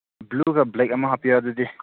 ꯕ꯭ꯂꯨꯒ black ꯑꯃꯒ ꯍꯥꯞꯄꯤꯌꯣ ꯑꯗꯨꯗꯤ